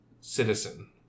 citizen